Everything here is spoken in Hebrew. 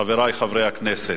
חברי חברי הכנסת,